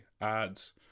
ads